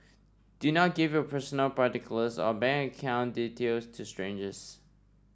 do not give your personal particulars or bank account details to strangers